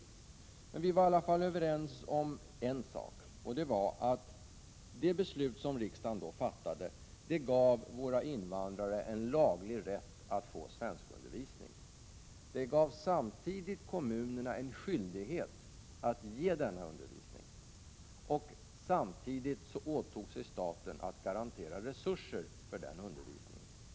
Partierna var ialla fall överens om en sak, nämligen att det beslut som riksdagen då fattade gav invandrarna en laglig rätt att få svenskundervisning. Samtidigt ålades kommunerna en skyldighet att ge denna undervisning, och staten åtog sig att garantera resurser för undervisningen.